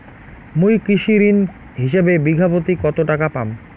মুই কৃষি ঋণ হিসাবে বিঘা প্রতি কতো টাকা পাম?